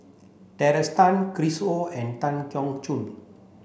Tracey Tan Chris Ho and Tan Keong Choon